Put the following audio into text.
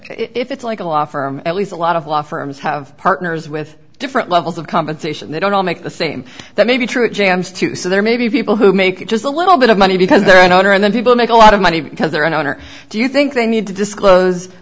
if it's like a law firm at least a lot of law firms have partners with different levels of compensation they don't all make the same that may be true of james too so there may be people who make it just a little bit of money because they're an owner and then people make a lot of money because they're an owner do you think they need to disclose